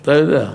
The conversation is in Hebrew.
אתה יודע.